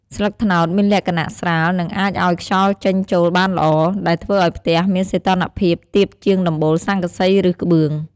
ស្លឹកត្នោតមានលក្ខណៈស្រាល និងអាចឱ្យខ្យល់ចេញចូលបានល្អ ដែលធ្វើឱ្យផ្ទះមានសីតុណ្ហភាពទាបជាងដំបូលស័ង្កសី ឬក្បឿង។